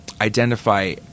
identify